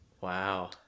Wow